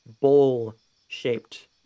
bowl-shaped